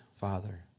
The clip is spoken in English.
Father